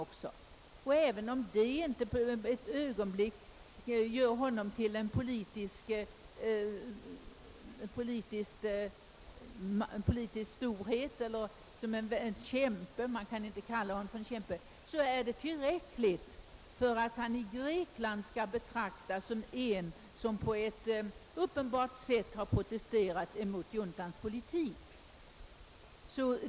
Och även om det inte ett ögonblick gör denne man till en politisk storhet, inte gör att man kan kalla honom en kämpe, så är det tillräckligt för att han i Grekland skall betraktas som en person som på ett uppenbart sätt har protesterat mot juntans politik.